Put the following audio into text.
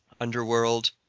Underworld